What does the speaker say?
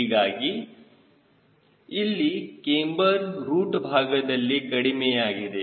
ಹೀಗಾಗಿ ಇಲ್ಲಿ camber root ಭಾಗದಲ್ಲಿ ಕಡಿಮೆಯಾಗಿದೆ